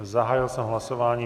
Zahájil jsem hlasování.